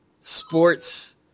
sports